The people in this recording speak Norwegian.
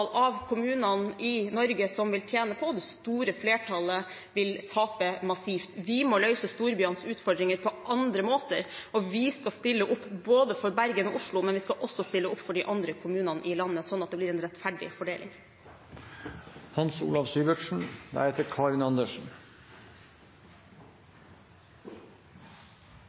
av kommunene i Norge som vil tjene på. Det store flertallet vil tape massivt. Vi må løse storbyenes utfordringer på andre måter. Vi skal stille opp for både Bergen og Oslo, men vi skal også stille opp for de andre kommunene i landet, slik at det blir en rettferdig fordeling.